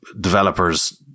developers